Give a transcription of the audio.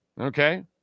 okay